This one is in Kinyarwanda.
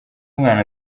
umwana